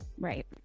right